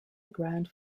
aground